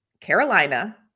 Carolina